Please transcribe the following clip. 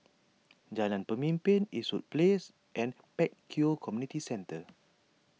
Jalan Pemimpin Eastwood Place and Pek Kio Community Centre